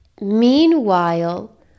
Meanwhile